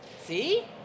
See